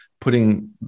putting